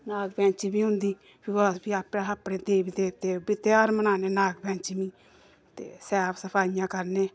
नाग पंचमी होंदी फ्ही ओह् अस आपें अपने देवी देवतें दे एह्बी ध्यार मनाने नाग पंचमी ते साफ सफाइयां करने